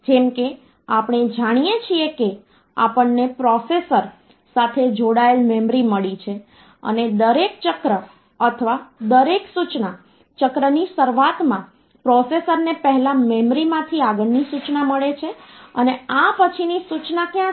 જેમ આપણે જાણીએ છીએ કે આપણને પ્રોસેસર સાથે જોડાયેલ મેમરી મળી છે અને દરેક ચક્ર અથવા દરેક સૂચના ચક્રની શરૂઆતમાં પ્રોસેસરને પહેલા મેમરીમાંથી આગળની સૂચના મળે છે અને આ પછીની સૂચના ક્યાં છે